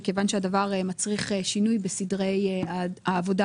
ומכיוון שהדבר מצריך שינוי בסדרי העבודה.